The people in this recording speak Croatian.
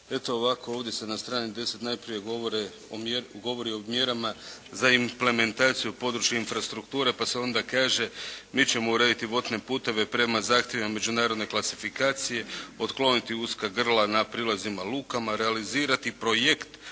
Eto ovako ovdje se na strani 10. najprije govori o mjerama za implementaciju područja infrastrukture pa se onda kaže mi ćemo urediti vodne puteve prema zahtjevima međunarodne klasifikacije, otkloniti uska grla na prilazima lukama, realizirati projekt